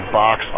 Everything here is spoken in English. box